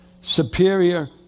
superior